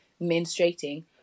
menstruating